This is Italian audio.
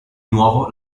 nuovo